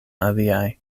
aliaj